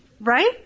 Right